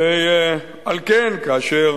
על כן, כאשר